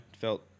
Felt